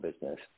business